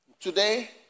Today